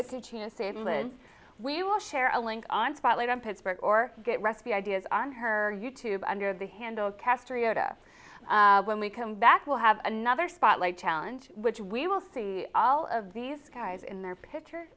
will share a link on spotlight on pittsburgh or get recipe ideas on her you tube under the handle caster yada when we come back we'll have another spotlight challenge which we will see all of these guys in their picture